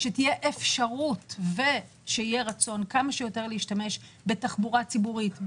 שתהיה אפשרות ושיהיה רצון כמה שיותר להשתמש בתחבורה ציבורית,